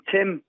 Tim